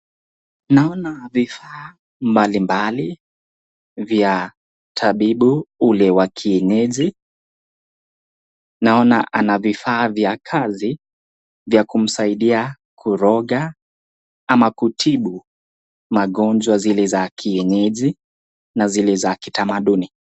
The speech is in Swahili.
Ninaona vivaa mbalimbali wa tabibu hule wa kienyeji naona ana vivaa vya kazi ya kusaidiana kuroga ama kutibu ugonjwa zile za kienyeji na zile za kidamaduni.